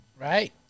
Right